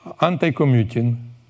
anti-commuting